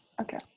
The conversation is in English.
Okay